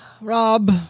Rob